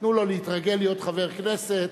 תנו לו להתרגל להיות חבר כנסת.